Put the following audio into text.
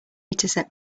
dataset